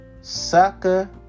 Sucker